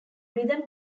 rhythm